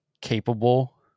capable